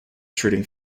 treating